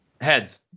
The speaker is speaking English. Heads